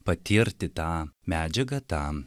patirti tą medžiagą tą